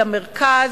למרכז,